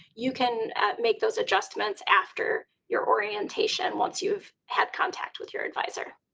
you can make those adjustments after your orientation once you've had contact with your advisor